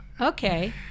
Okay